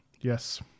Yes